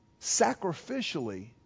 sacrificially